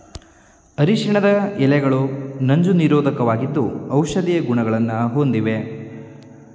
ಅರಿಶಿಣದ ಎಲೆಗಳು ನಂಜು ನಿರೋಧಕವಾಗಿದ್ದು ಔಷಧೀಯ ಗುಣಗಳನ್ನು ಹೊಂದಿವೆ